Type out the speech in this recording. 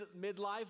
midlife